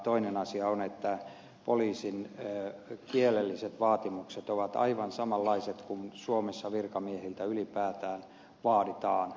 toinen asia on että poliisin kielelliset vaatimukset ovat aivan samanlaiset kuin suomessa virkamiehiltä ylipäätään vaaditaan